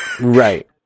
Right